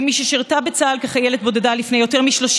כמי ששירתה בצה"ל כחיילת בודדה לפני יותר מ-30